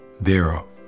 thereof